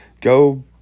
go